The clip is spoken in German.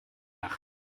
nacht